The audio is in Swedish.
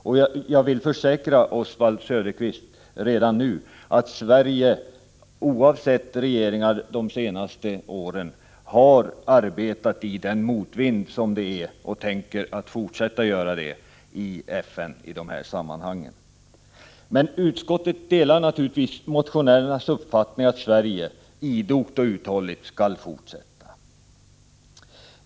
Jag vill redan nu försäkra Oswald Söderqvist att Sverige oavsett regeringar de senaste åren har arbetat hårt i motvinden och tänker fortsätta att göra det i FN i de här sammanhangen. Utskottet delar naturligtvis motionärernas uppfattning att Sverige idogt och uthålligt skall fortsätta.